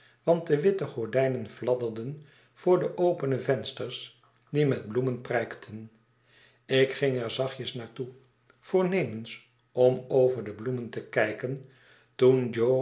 want de witte gordijnen fladderden voor de opene vensters die met bloemen prijkten ik ging er zachtjes naar toe voornemens om over de bloemen tekijken toen